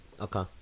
Okay